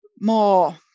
more